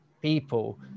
people